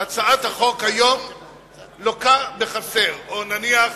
הצעת החוק לוקה בחסר, או, נניח,